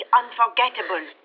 unforgettable